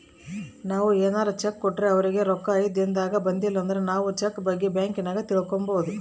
ನಾವು ಏನಾರ ಚೆಕ್ ಕೊಟ್ರೆ ಅವರಿಗೆ ರೊಕ್ಕ ಐದು ದಿನದಾಗ ಬಂದಿಲಂದ್ರ ನಾವು ಚೆಕ್ ಬಗ್ಗೆ ಬ್ಯಾಂಕಿನಾಗ ತಿಳಿದುಕೊಬೊದು